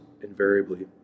invariably